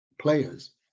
players